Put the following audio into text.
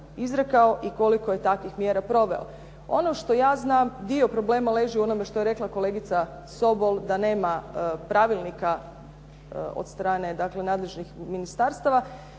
izrekao i koliko je takvih mjera proveo. Ono što ja znam dio problema leži u onome što je rekla kolegica Sobol da nema pravilnika od strane, dakle nadležnih ministarstava.